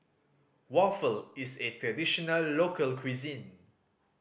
waffle is A traditional local cuisine